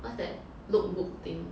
what's that look book thing